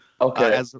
Okay